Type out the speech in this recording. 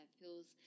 feels